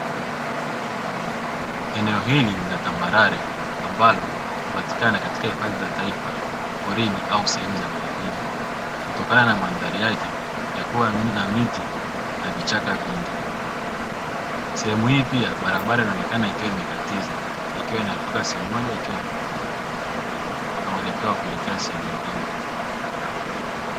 Eneo hili ni la tambarare ambalo hupatikana katika hifadhi za taifa porini au sehemu za vijijini kutokana na mandhari yake ya kuwa na miti na vichaka vingi sehemu hii pia barabara inaonekana ikiwa imekatiza, ikiwa inatoka sehemu moja ikiwa kuelekea sehemu nyingine.